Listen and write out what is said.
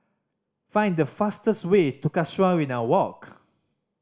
find the fastest way to Casuarina Walk